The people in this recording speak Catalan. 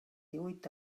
díhuit